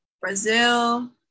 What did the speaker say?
Brazil